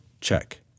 Check